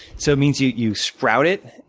so it means you you sprout it.